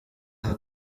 aha